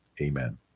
amen